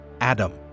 Adam